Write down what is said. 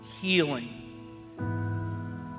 healing